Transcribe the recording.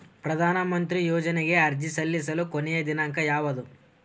ಪ್ರಧಾನ ಮಂತ್ರಿ ಯೋಜನೆಗೆ ಅರ್ಜಿ ಸಲ್ಲಿಸಲು ಕೊನೆಯ ದಿನಾಂಕ ಯಾವದು?